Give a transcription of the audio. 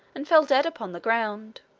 and fell dead upon the ground.